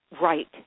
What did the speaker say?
Right